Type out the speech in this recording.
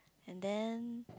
and then